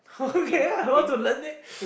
okay I want to learn it